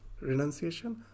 renunciation